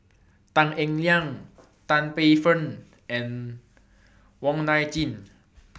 Tan Eng Liang Tan Paey Fern and Wong Nai Chin